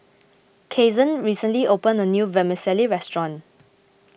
Cason recently opened a new Vermicelli restaurant